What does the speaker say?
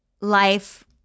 life